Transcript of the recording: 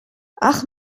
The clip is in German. ach